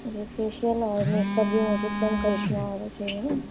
جی facial اور make up بھی مجھے کرشمہ والا ہی چاہیے نا